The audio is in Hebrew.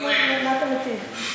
מה אתם מציעים?